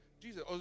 Jesus